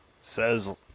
says